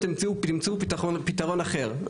אז ימצאו פתרון אחר.